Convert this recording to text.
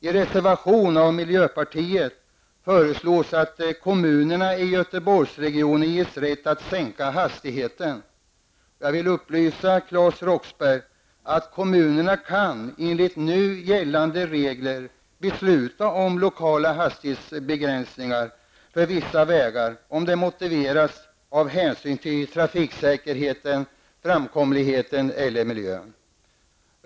I reservation 5 från miljöpartiet föreslås att kommunerna i Göteborgsregionen ges rätt att sänka hastigheten. Jag vill upplysa Claes Roxbergh om att kommunerna enligt nu gällande regler kan besluta om lokala hastighetsgränser för vissa vägar om det är motiverat av hänsyn till trafiksäkerheten, framkomligheten eller miljön.